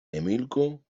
emilku